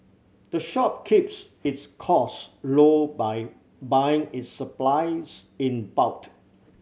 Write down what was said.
the shop keeps its cost low by buying its supplies in bot